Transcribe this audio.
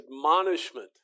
admonishment